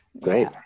Great